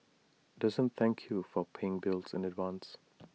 doesn't thank you for paying bills in advance